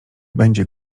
będzie